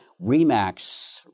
REMAX